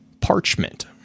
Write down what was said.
parchment